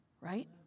right